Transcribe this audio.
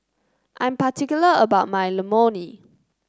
I'm particular about my Imoni